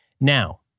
Now